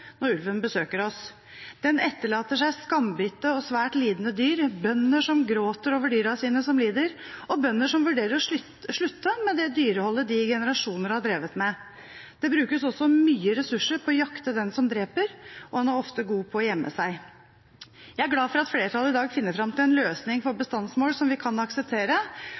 når ulven besøker oss. Den etterlater seg skambitte og svært lidende dyr, bønder som gråter over dyra sine som lider, og bønder som vurderer å slutte med det dyreholdet de i generasjoner har drevet med. Det brukes også mye ressurser på å jakte den som dreper, og han er ofte god på å gjemme seg. Jeg er glad for at flertallet i dag finner frem til en løsning for bestandsmål som vi kan akseptere,